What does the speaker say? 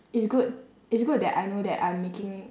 it's good it's good that I know that I'm making